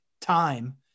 time